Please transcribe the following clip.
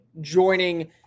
joining